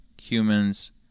humans